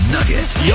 Nuggets